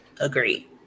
agree